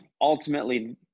ultimately